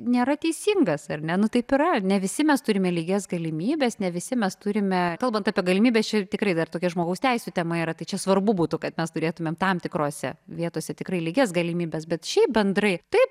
nėra teisingas ar ne nu taip yra ne visi mes turime lygias galimybes ne visi mes turime kalbant apie galimybes čia tikrai dar tokia žmogaus teisių tema yra tai čia svarbu būtų kad mes turėtumėm tam tikrose vietose tikrai lygias galimybes bet šiaip bendrai taip